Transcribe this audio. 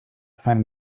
find